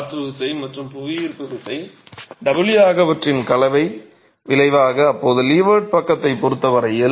காற்று விசை மற்றும் புவியீர்ப்பு விசை W ஆகியவற்றின் கலவையின் விளைவாக இப்போது லீவர்ட் பக்கத்தை நோக்கி நகர்கிறது